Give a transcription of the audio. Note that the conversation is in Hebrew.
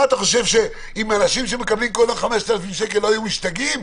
אתה חושב שאם אנשים היו מקבלים כל יום 5,000 שקל לא היו משתגעים,